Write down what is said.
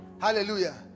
hallelujah